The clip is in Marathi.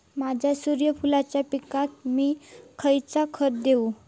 माझ्या सूर्यफुलाच्या पिकाक मी खयला खत देवू?